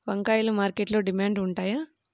వంకాయలు మార్కెట్లో డిమాండ్ ఉంటాయా?